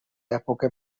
època